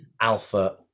Alpha